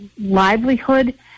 livelihood